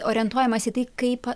orientuojamasi į tai kaip